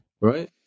right